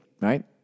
right